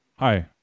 hi